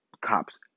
cops